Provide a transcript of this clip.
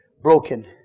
Broken